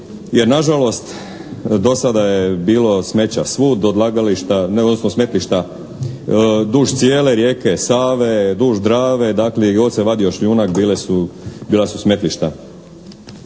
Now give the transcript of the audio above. jer na žalost do sada je bilo smeća svud, odlagališta odnosno smetlišta duž cijele rijeke Save, duž Drave, dakle gdje god se vadio šljunak bila su smetlišta.